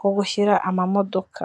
ho gushyira amamodoka.